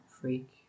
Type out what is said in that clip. Freak